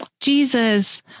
Jesus